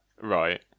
Right